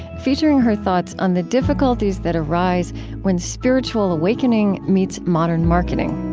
featuring her thoughts on the difficulties that arise when spiritual awakening meets modern marketing.